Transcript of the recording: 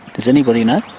does anybody know?